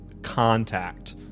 contact